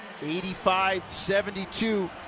85-72